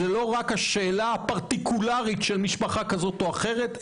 זאת לא רק השאלה הפרטיקולרית של משפחה כזאת או אחרת,